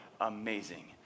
amazing